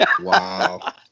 Wow